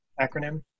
acronym